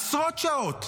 עשרות שעות.